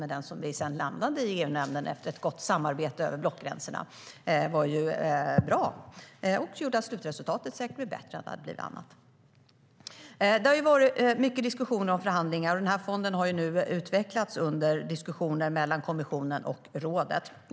Men den ståndpunkt som vi i EU-nämnden sedan landade i, efter ett gott samarbete över blockgränsen, var bra och gjorde att slutresultatet säkert blev bättre än det hade blivit annars. Det har varit mycket diskussioner och förhandlingar, och den här fonden har nu utvecklats under diskussioner mellan kommissionen och rådet.